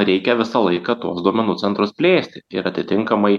reikia visą laiką tuos duomenų centrus plėsti ir atitinkamai